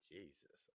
Jesus